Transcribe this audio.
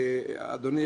אדוני,